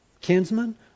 Kinsman